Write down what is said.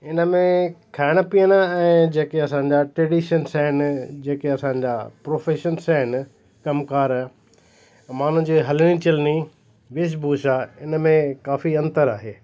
इन में खाइण पीअण ऐं जेके असांजा ट्रेडिशंस आहिनि जेके असां लाइ प्रोफैशंस आहिनि कम कार मां उन जी हलणी चलणी वेश भूषा इन में काफ़ी अंतर आहे